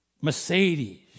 Mercedes